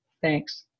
Thanks